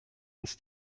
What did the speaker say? uns